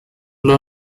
law